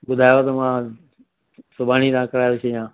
ॿुधायो त मां सुभाणे ई त कराए थो छ्ॾा